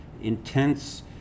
intense